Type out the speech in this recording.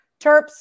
Terps